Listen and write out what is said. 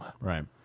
Right